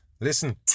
Listen